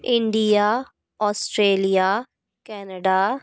India Australia Canada